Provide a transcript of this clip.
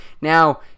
Now